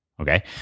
Okay